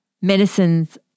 medicines